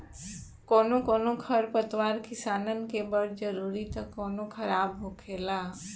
कौनो कौनो खर पतवार किसानन के बड़ जरूरी त कौनो खराब होखेला